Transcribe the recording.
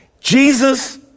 Jesus